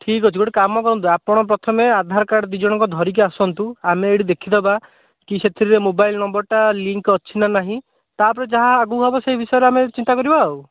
ଠିକ୍ ଅଛି ଗୋଟେ କାମ କରନ୍ତୁ ଆପଣ ପ୍ରଥମେ ଆଧାର କାର୍ଡ଼ ଦୁଇ ଜଣଙ୍କ ଧରିକି ଆସନ୍ତୁ ଆମେ ଏଇଠି ଦେଖିଦେବା କି ସେଥିରେ ମୋବାଇଲ୍ ନମ୍ବରଟା ଲିଙ୍କ୍ ଅଛି ନା ନାହିଁ ତାପରେ ଯାହା ଆଗକୁ ହେବ ସେ ବିଷୟରେ ଆମେ ଚିନ୍ତା କରିବା ଆଉ